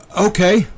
Okay